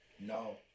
No